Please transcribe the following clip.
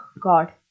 God